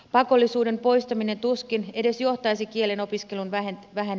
pakollisuuden poistaminen tuskin edes johtaisi kielen opiskelun vähenemiseen